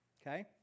Okay